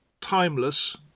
timeless